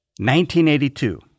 1982